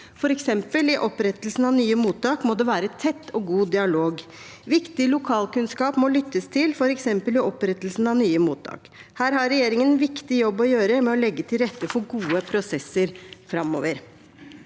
For eksempel i opprettelsen av nye mottak må det være tett og god dialog. Viktig lokalkunnskap må lyttes til, f.eks. ved opprettelsen av nye mottak. Her har regjeringen en viktig jobb å gjøre med å legge til rette for gode prosesser framover.